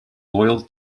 loyal